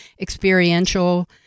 experiential